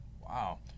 Wow